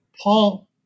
Paul